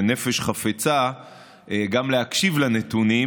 ונפש חפצה גם להקשיב לנתונים,